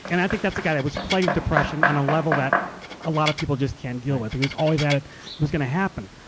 and i think that's a guy that was plagued with depression on a level that a lot of people just can't deal with. he was always at it, it was gonna happen.